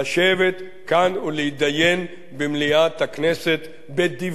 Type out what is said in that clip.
כאן במליאת הכנסת ולהידיין בדבריהם.